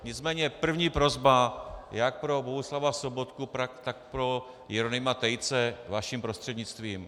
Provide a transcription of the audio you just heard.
Nicméně první prosba jak pro Bohuslava Sobotku, tak pro Jeronýma Tejce vaším prostřednictvím.